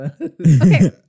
Okay